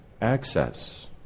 access